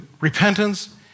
repentance